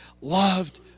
loved